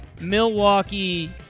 Milwaukee